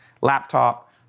laptop